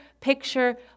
picture